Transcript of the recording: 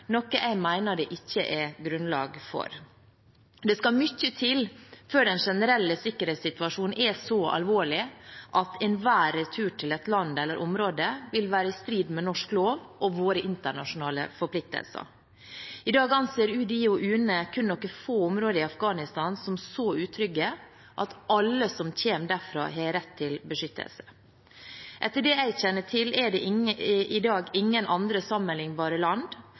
noe jeg mener det ikke er grunnlag for. Det skal mye til før den generelle sikkerhetssituasjonen er så alvorlig at enhver retur til et land eller område vil være i strid med norsk lov og våre internasjonale forpliktelser. I dag anser UDI og UNE kun noen få områder i Afghanistan som så utrygge at alle som kommer derfra, har rett til beskyttelse. Etter det jeg kjenner til, er det i dag ingen andre sammenlignbare land